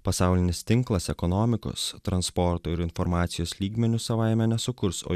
pasaulinis tinklas ekonomikos transporto ir informacijos lygmeniu savaime nesukurs o